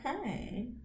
Okay